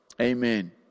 amen